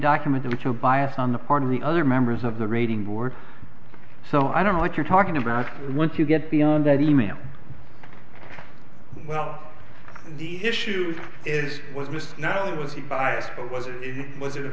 document in which a bias on the part of the other members of the rating board so i don't know what you're talking about once you get beyond that e mail well the issue is was this not only was it biased or was it was